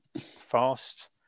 fast